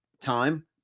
time